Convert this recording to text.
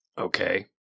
Okay